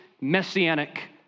messianic